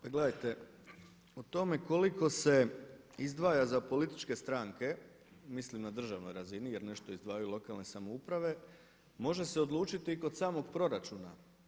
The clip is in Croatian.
Pa gledajte, o tome koliko se izdvaja za političke stranke, mislim na državnoj razini, jer nešto izdvajaju i lokalne samouprave može se odlučiti i kod samog proračuna.